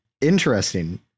Interesting